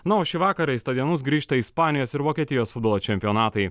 na o šį vakarą į stadionus grįžta ispanijos ir vokietijos futbolo čempionatai